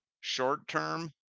Short-term